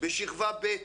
בשכבה ב',